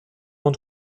und